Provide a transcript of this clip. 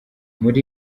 muri